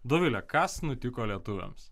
dovile kas nutiko lietuviams